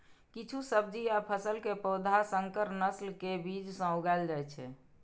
किछु सब्जी आ फसल के पौधा संकर नस्ल के बीज सं उगाएल जाइ छै